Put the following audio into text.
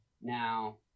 now